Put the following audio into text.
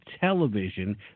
television